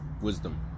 Wisdom